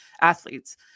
athletes